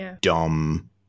dumb